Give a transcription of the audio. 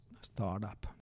startup